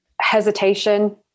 hesitation